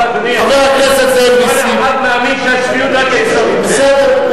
כל אחד מאמין שהשפיות רק אצלו נמצאת.